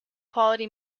quality